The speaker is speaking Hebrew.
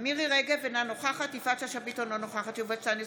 אינה נוכחת עידן רול, בעד יואל רזבוזוב,